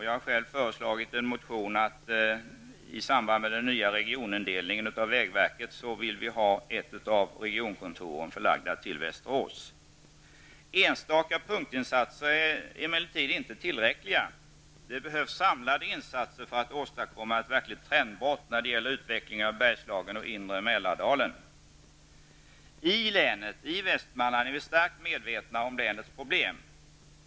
Jag har själv i en motion föreslagit att vi i samband med vägverkets nya regionindelning vill ha ett av regionkontoren förlagt till Västerås. Enstaka punktinsatser är emellertid inte tillräckliga. Det behövs samlade insatser för att åstadkomma ett verkligt trendbrott när det gäller utvecklingen av Bergslagen och inre I Västmanland är vi starkt medvetna om länets problem.